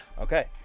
Okay